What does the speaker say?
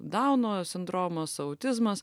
dauno sindromas autizmas